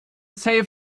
safe